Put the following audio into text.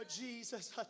Jesus